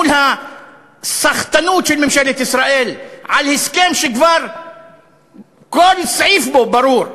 מול הסחטנות של ממשלת ישראל על הסכם שכבר כל סעיף בו ברור.